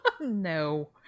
No